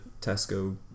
Tesco